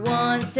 one